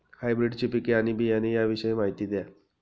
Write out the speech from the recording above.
हायब्रिडची पिके आणि बियाणे याविषयी माहिती द्या